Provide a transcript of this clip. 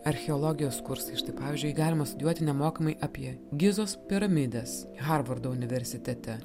archeologijos kursai štai pavyzdžiui galima studijuoti nemokamai apie gizos piramides harvardo universitete